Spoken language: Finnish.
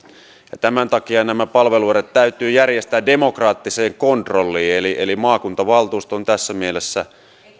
tämän takia nämä palveluerät täytyy järjestää demokraattiseen kontrolliin eli eli maakuntavaltuusto on tässä mielessä